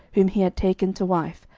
whom he had taken to wife,